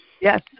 Yes